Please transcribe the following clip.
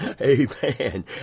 Amen